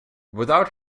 without